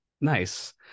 nice